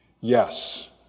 Yes